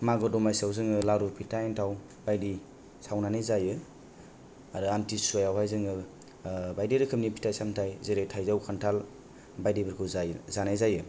मागो दमासिआव जोङो लारु फिथा एनथाव बायदि सावनानै जायो आरो आमथि सुवायावहाय जोङो बायदि रोखोमनि फिथाय सामथाय जेरै थाइजौ खान्थाल बायदिफोरखौ जायो जानाय जायो